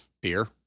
beer